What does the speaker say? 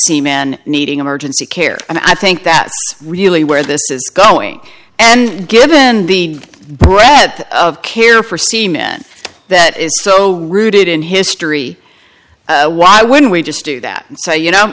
c man needing emergency care and i think that's really where this is going and given the breadth of care for c men that is so rooted in history why when we just do that and say you know